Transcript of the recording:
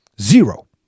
Zero